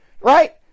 Right